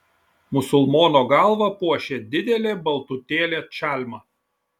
musulmono galvą puošė didelė baltutėlė čalma